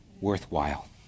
worthwhile